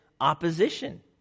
opposition